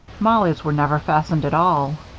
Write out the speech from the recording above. mollie's were never fastened at all.